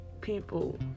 people